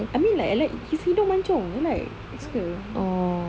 I mean like I like his hidung mancung I like I suka